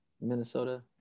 Minnesota